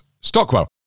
Stockwell